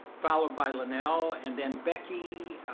followed by la now and then becky